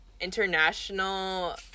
international